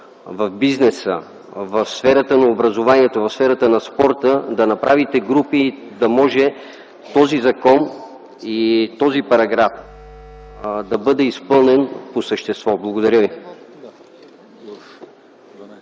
в бизнеса, в сферата на образованието, в сферата на спорта, да направите групи, за да може този закон и този параграф да бъде изпълнен по същество. Благодаря ви.